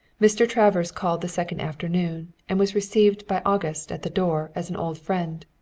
mr. travers called the second afternoon and was received by august at the door as an old friend.